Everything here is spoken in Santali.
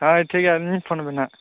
ᱦᱳᱭ ᱴᱷᱤᱠᱜᱮᱭᱟ ᱤᱧᱤᱧ ᱯᱷᱚᱱᱟᱵᱤᱱᱟ